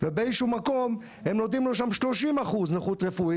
ובאיזשהו מקום הם נותנים לו שם 30% נכות רפואית